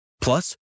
Plus